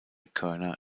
körner